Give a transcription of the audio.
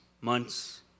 months